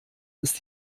ist